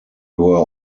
were